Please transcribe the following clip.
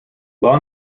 law